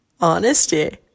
honesty